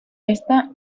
esta